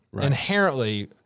inherently